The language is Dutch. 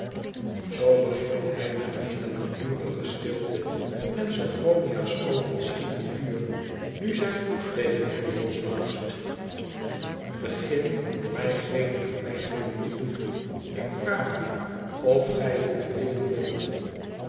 zoo begint hij na eene langdurige stilte ensophronia'soogen schieten vuur nu zij tegen hem losbarst begin mij geene verwijtingen te doen ik vraag u of gij het beweren wilt